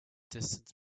distant